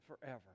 forever